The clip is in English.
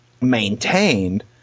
maintained